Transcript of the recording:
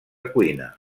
cuina